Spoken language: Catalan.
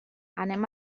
anem